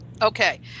Okay